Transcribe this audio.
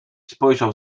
spojrzał